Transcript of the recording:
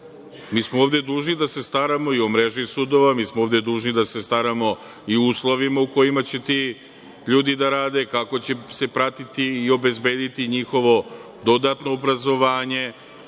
smo ovde dužni da se staramo i o mreži sudova, mi smo ovde dužni da se staramo i o uslovima u kojima će ti ljudi da rade, kako će se pratiti i obezbediti njihovo dodatno obrazovanje,